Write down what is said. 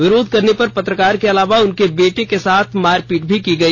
विरोध करने पर पत्रकार के अलावा उनके बेटे के साथ भी मारपीट की गई